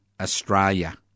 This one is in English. Australia